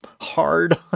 hard